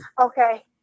Okay